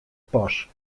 pas